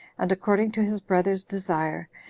and, according to his brother's desire,